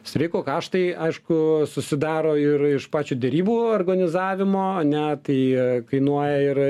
streiko kaštai aišku susidaro ir iš pačio derybų organizavimo ne tai kainuoja ir